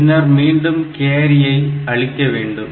பின்னர் மீண்டும் கேரியை அழிக்க வேண்டும்